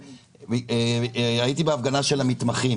הייתי בהפגנה של המתמחים